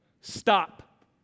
Stop